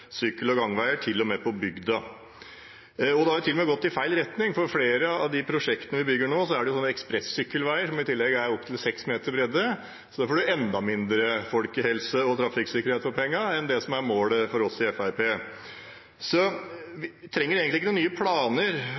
sykkel- og gangveier, til og med på bygda. Det har til og med gått i feil retning, for flere av de prosjektene vi bygger nå, er slike ekspress-sykkelveier, som i tillegg er opptil 6 meter brede, og da får en enda mindre folkehelse og trafikksikkerhet for pengene enn det som er målet for oss i Fremskrittspartiet. Vi trenger egentlig ikke noen nye nasjonale planer,